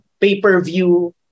pay-per-view